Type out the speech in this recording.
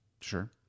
Sure